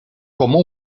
como